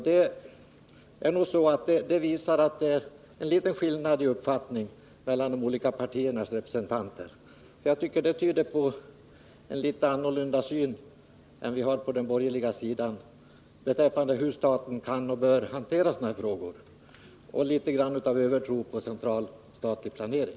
Det visar att det finns en skillnad i uppfattningar mellan de olika partiernas representanter. Jag tycker det tyder på att ni har en litet annorlunda syn än vad vi har på den borgerliga sidan på hur staten kan och bör hantera sådana frågor och att ni har något av en övertro på central statlig planering.